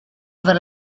aver